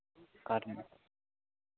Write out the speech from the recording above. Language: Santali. ᱠᱟᱴ ᱨᱮᱱᱟᱜ